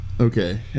Okay